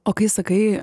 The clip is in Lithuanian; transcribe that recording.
o kai sakai